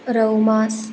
റൌമാസ്